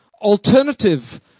alternative